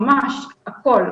ממש הכול,